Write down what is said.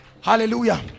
hallelujah